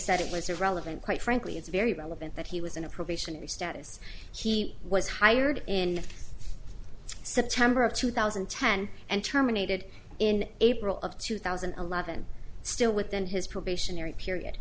said it was irrelevant quite frankly it's very relevant that he was in a probationary status he was hired in it's september of two thousand and ten and terminated in april of two thousand and eleven still within his probationary period